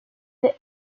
the